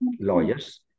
lawyers